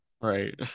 right